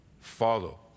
Follow